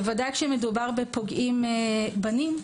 ודאי כשמדובר בפוגעים בנים,